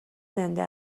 زنده